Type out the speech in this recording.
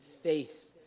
faith